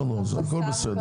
הכול בסדר.